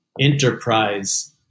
enterprise